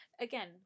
Again